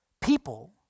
People